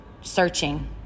searching